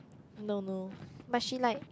no no but she like